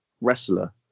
wrestler